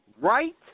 Right